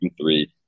three